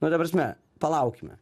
nu ta prasme palaukime